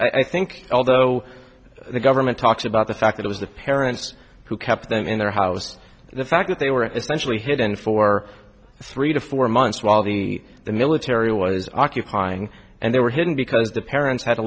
that i think although the government talks about the fact it was the parents who kept them in their house the fact that they were essentially hidden for three to four months while the military was occupying and they were hidden because the parents had a